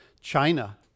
China